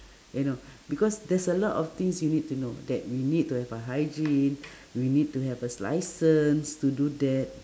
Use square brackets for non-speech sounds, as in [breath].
you know [breath] because there's a lot of things you need to know that we need to have a hygiene [breath] we need to have a license to do that